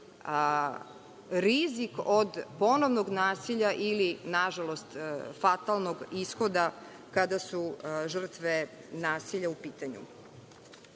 rizik od ponovnog nasilja ili nažalost fatalnog ishoda kada su žrtve nasilja u pitanju.I